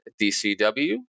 DCW